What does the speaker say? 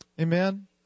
Amen